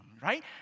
right